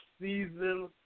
season